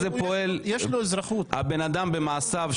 במעשיו,